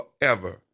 forever